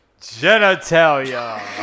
Genitalia